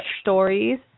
stories